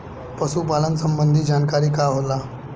पशु पालन संबंधी जानकारी का होला?